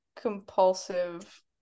compulsive